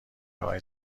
های